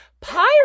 Pirate